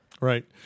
Right